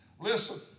Listen